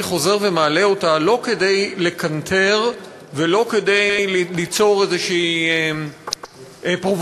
אני חוזר ומעלה אותה לא כדי לקנטר ולא כדי ליצור איזושהי פרובוקציה.